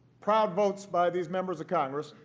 proud votes by these members of congress.